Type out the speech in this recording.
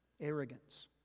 Arrogance